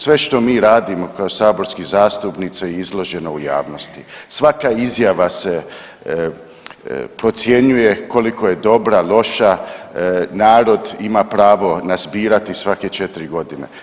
Sve što mi radimo kao saborski zastupnici je izloženo u javnosti, svaka izjava se procjenjuje koliko je dobra loša, narod ima pravo nas birati svake 4 godine.